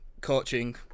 coaching